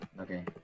Okay